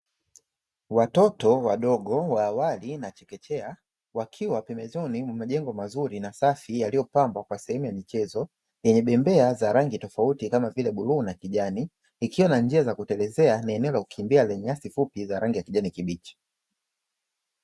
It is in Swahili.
Watoto wadogo wa awali na chekechea wakiwa pembezoni mwa majengo mazuri na safi yaloyopambwa kwa sehemu ya michezo, yenye bembea za rangi tofauti kama vile buluu na kija; ni ikiwa na njia za kutelezea ni eneo la kukimbia lenye nyasi fupi za rangi ya kijani kibichi.